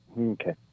okay